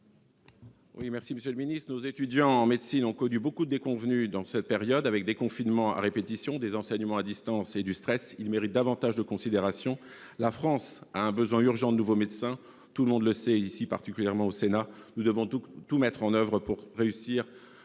Lefèvre, pour la réplique. Nos étudiants en médecine ont connu beaucoup de déconvenues : des confinements à répétition, des enseignements à distance et du stress. Ils méritent davantage de considération. La France a un besoin urgent de nouveaux médecins, tout le monde le sait, particulièrement ici au Sénat. Nous devons donc tout faire pour mettre